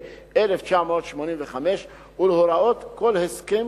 ה 1985, ולהוראות כל הסכם